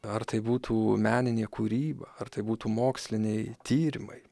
ar tai būtų meninė kūryba ar tai būtų moksliniai tyrimai